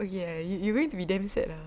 oh ya you going to be damn sad lah